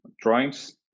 drawings